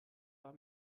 war